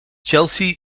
chelsea